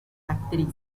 actriz